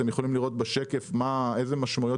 אתם יכולים לראות בשקף איזה משמעויות